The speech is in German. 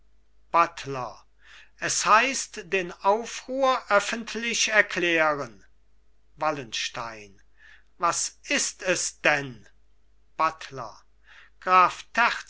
buttler es heißt den aufruhr öffentlich erklären wallenstein was ist es denn buttler graf